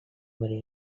worry